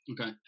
Okay